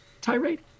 tirade